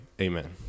amen